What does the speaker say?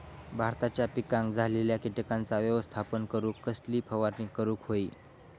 भाताच्या पिकांक झालेल्या किटकांचा व्यवस्थापन करूक कसली फवारणी करूक होई?